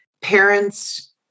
parents